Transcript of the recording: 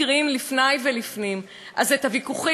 אז את הוויכוחים ואת חוסר ההסכמות ואת